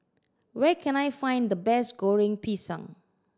where can I find the best Goreng Pisang